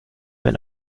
wenn